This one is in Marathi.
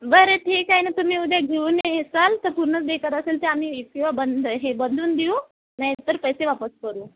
बरं ठीक आहे ना तुम्ही उद्या घेऊन येशाल तर पूर्ण बेकार असेल ते आम्ही किंवा बंद आहे हे बदलून देऊ नाहीतर पैसे वापस करू